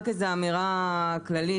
רק איזה אמירה כללית,